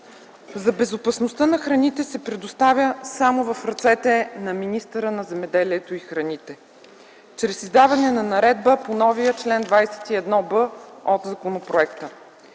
за безопасността на храните се предоставя само в ръцете на министъра на земеделието и храните чрез издаване на наредба по новия чл. 21б от законопроекта.